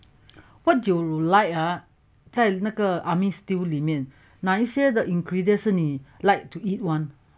what do you like ah 在那个 army stew 里面哪一些的 ingredient 是你 like to eat [one]